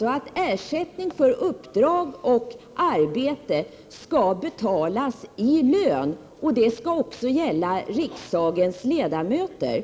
och att ersättning för uppdrag och arbete skall betalas i form av lön. Det skall också gälla riksdagens ledamöter.